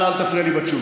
אנא אל תפריע לי בתשובה.